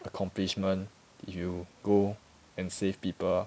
accomplishment if you go and save people